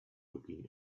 looking